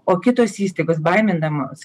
o kitos įstaigos baimindamos